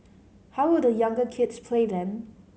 how will the younger kids play then